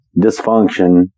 dysfunction